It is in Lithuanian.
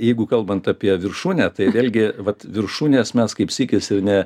jeigu kalbant apie viršūnę tai vėlgi vat viršūnės mes kaip sykis ir ne